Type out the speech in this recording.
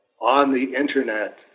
on-the-internet